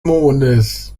mondes